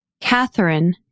Catherine